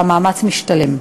והמאמץ משתלם.